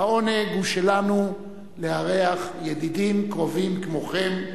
העונג הוא שלנו לארח ידידים קרובים כמוכם,